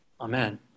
Amen